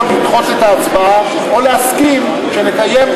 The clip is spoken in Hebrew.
או לדחות את ההצבעה או להסכים ולקיים,